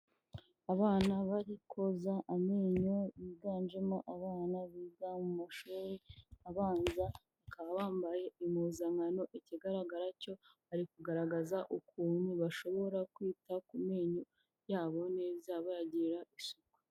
Abana bari koza amenyo biganjemo abana biga mu mashuri abanza, bakaba bambaye impuzankano, ikigaragara cyo, bari kugaragaza ukuntu bashobora kwita ku menyo yabo neza bayagirira isuku.